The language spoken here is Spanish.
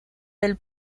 del